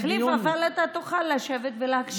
יחליף, אתה תוכל לשבת ולהקשיב לתשובה.